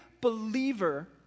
believer